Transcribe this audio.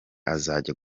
azajya